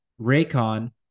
Raycon